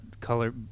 color